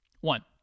One